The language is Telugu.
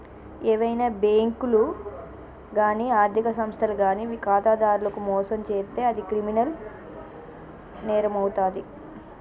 ఏవైనా బ్యేంకులు గానీ ఆర్ధిక సంస్థలు గానీ ఖాతాదారులను మోసం చేత్తే అది క్రిమినల్ నేరమవుతాది